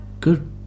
Good